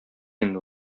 инде